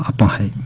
ah buy